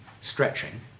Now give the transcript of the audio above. stretching